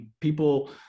people